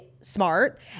smart